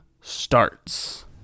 starts